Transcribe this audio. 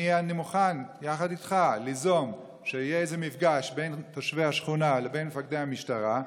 אני מוכן יחד איתך ליזום מפגש בין תושבי השכונה לבין מפקדי המשטרה,